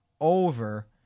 over